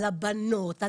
על הבנות,